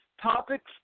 Topics